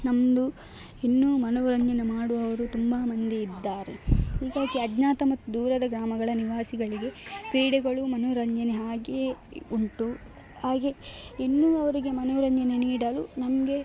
ನಮ್ಮದು ಇನ್ನೂ ಮನೋರಂಜನೆ ಮಾಡುವವರು ತುಂಬ ಮಂದಿ ಇದ್ದಾರೆ ಹೀಗಾಗಿ ಅಜ್ಞಾತ ಮತ್ತು ದೂರದ ಗ್ರಾಮಗಳ ನಿವಾಸಿಗಳಿಗೆ ಕ್ರೀಡೆಗಳು ಮನೋರಂಜನೆ ಹಾಗೇ ಉಂಟು ಹಾಗೆ ಇನ್ನೂ ಅವರಿಗೆ ಮನೋರಂಜನೆ ನೀಡಲು ನಮಗೆ